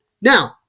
Now